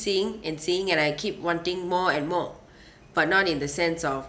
seeing and seeing and I keep wanting more and more but not in the sense of